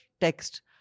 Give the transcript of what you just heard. text